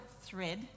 thread